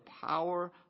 power